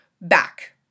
back